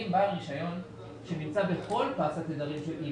אם בעל רישיון שנמצא בכל התדרים,